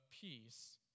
peace